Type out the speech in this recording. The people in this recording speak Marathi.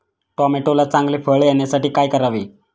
टोमॅटोला चांगले फळ येण्यासाठी काय करावे?